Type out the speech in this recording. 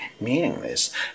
meaningless